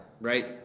right